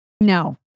No